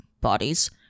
bodies